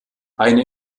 eine